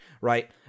right